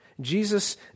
Jesus